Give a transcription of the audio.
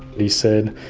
he said,